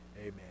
Amen